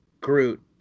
Groot